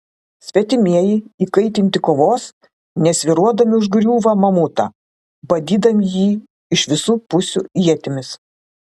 svetimieji įkaitinti kovos nesvyruodami užgriūva mamutą badydami jį iš visų pusių ietimis